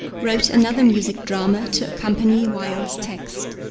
wrote another music drama to accompany wilde's text.